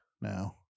now